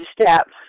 step